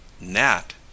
Nat